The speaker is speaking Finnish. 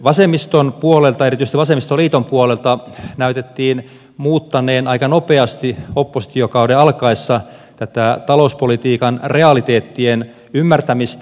vasemmiston puolelta erityisesti vasemmistoliiton puolelta näytettiin muuttaneen aika nopeasti oppositiokauden alkaessa tätä talouspolitiikan realiteettien ymmärtämistä